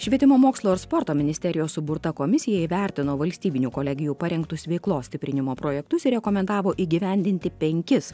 švietimo mokslo ir sporto ministerijos suburta komisija įvertino valstybinių kolegijų parengtus veiklos stiprinimo projektus ir rekomendavo įgyvendinti penkis